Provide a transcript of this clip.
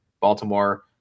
Baltimore